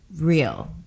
real